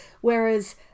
Whereas